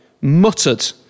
muttered